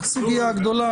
זו סוגיה גדולה.